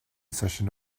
session